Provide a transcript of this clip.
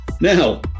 Now